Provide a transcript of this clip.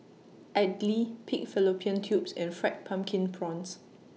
Idly Pig Fallopian Tubes and Fried Pumpkin Prawns